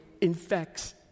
infects